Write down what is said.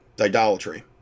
idolatry